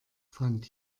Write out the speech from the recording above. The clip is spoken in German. fand